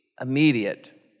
immediate